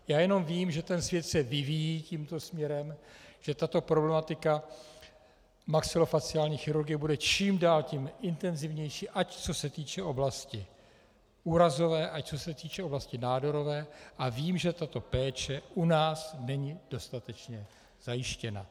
Já jenom vím, že svět se vyvíjí tímto směrem, že tato problematika maxilofaciální chirurgie bude čím dál tím intenzivnější, ať co se týče oblasti úrazové, ať co se týče oblasti nádorové, a vím, že tato péče u nás není dostatečně zajištěna.